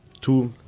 two